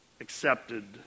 accepted